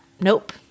nope